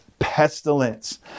pestilence